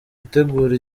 gutegura